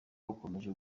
ukomeje